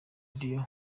radio